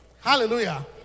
Hallelujah